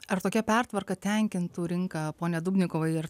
ar tokia pertvarka tenkintų rinką pone dubnikovai ar